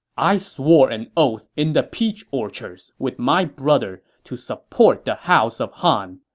i swore and oath in the peach orchards with my brother to support the house of han.